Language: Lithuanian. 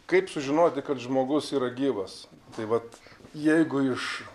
kaip sužinoti kad žmogus yra gyvas tai vat jeigu iš